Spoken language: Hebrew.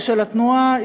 ושל התנועה,